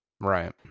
Right